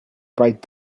bright